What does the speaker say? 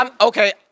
Okay